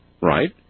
right